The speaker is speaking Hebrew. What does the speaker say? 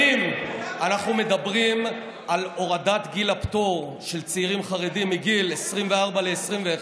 שנים אנחנו מדברים על הורדת גיל הפטור של צעירים חרדים מגיל 24 ל-21,